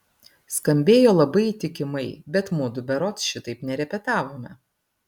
skambėjo labai įtikimai bet mudu berods šitaip nerepetavome